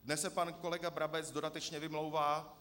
Dnes se pan kolega Brabec dodatečně vymlouvá.